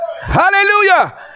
Hallelujah